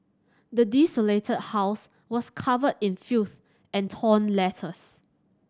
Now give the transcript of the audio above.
the desolated house was covered in filth and torn letters